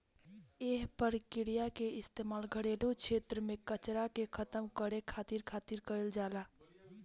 एह प्रक्रिया के इस्तेमाल घरेलू क्षेत्र में कचरा के खतम करे खातिर खातिर कईल जाला